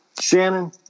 Shannon